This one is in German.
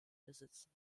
besitzen